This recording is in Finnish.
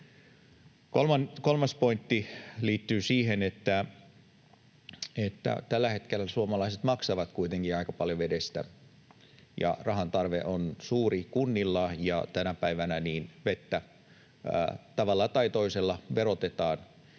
Kolmas pointti liittyy siihen, että tällä hetkellä suomalaiset maksavat kuitenkin aika paljon vedestä. Rahan tarve on suuri kunnilla, ja tänä päivänä vettä tavalla tai toisella verotetaan